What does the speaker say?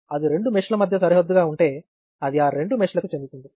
ఇది రెండు మెష్ల మధ్య సరిహద్దుగా ఉంటే అది ఆ రెండు మెష్లకు చెందుతుంది